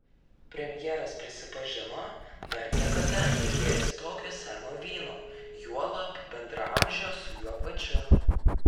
premjeras prisipažino dar niekada negėręs tokio seno vyno juolab bendraamžio su juo pačiu